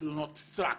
תלונות סרק,